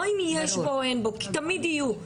לא אם יש בו או אין בו, כי תמיד יהיו.